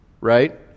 right